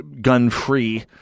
gun-free